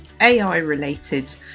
AI-related